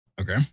Okay